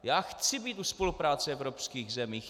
Já chci být u spolupráce evropských zemí.